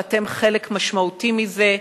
ואתם חלק משמעותי מזה.